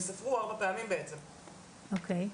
יספרו ארבע פעמים בעצם על רישום -- אוקי,